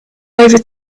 over